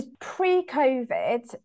pre-COVID